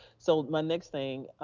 so my next thing,